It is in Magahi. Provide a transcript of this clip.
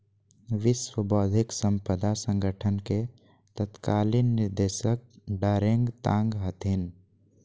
विश्व बौद्धिक साम्पदा संगठन के तत्कालीन निदेशक डारेंग तांग हथिन